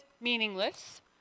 meaningless